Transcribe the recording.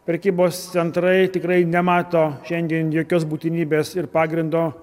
prekybos centrai tikrai nemato šiandien jokios būtinybės ir pagrindo